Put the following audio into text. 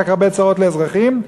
רק הרבה צרות לאזרחים?